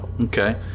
Okay